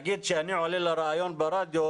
למשל, אני עולה לראיון ברדיו,